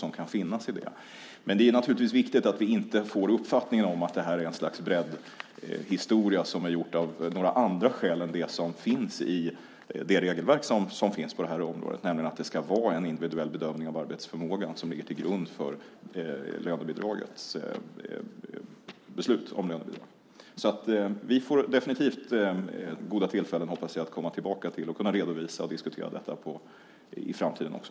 Men det är viktigt att vi inte får uppfattningen att detta skulle vara något slags breddhistoria som är gjord av andra skäl än det som finns i det regelverk som gäller. Det ska alltså vara en individuell bedömning av arbetsförmågan som ligger till grund för beslut om lönebidrag. Vi får definitivt goda tillfällen att komma tillbaka till detta i framtiden också.